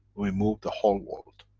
we move the whole world.